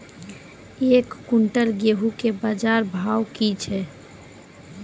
एक क्विंटल गेहूँ के बाजार भाव की छ?